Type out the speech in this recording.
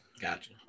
Gotcha